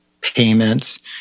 payments